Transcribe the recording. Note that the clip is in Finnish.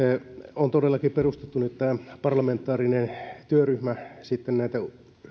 on todellakin perustettu nyt parlamentaarinen työryhmä näitä